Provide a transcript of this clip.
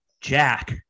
Jack